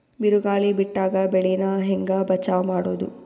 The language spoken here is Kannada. ಬಿರುಗಾಳಿ ಬಿಟ್ಟಾಗ ಬೆಳಿ ನಾ ಹೆಂಗ ಬಚಾವ್ ಮಾಡೊದು?